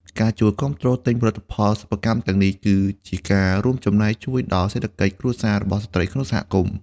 ការជួយគាំទ្រទិញផលិតផលសិប្បកម្មទាំងនេះ គឺជាការរួមចំណែកជួយដល់សេដ្ឋកិច្ចគ្រួសាររបស់ស្ត្រីក្នុងសហគមន៍។